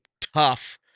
tough